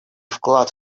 вклад